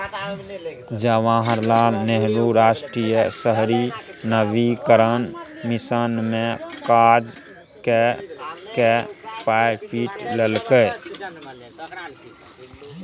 जवाहर लाल नेहरू राष्ट्रीय शहरी नवीकरण मिशन मे काज कए कए पाय पीट लेलकै